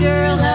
Girl